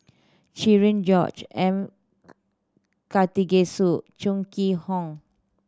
Cherian George M Karthigesu Chong Kee Hiong